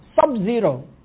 Sub-zero